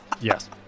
Yes